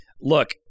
Look